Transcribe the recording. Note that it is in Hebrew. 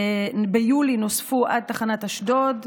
ביולי נוספו עד תחנת אשדוד.